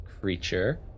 creature